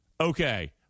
Okay